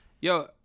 Yo